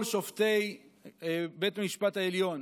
כל שופטי בית המשפט העליון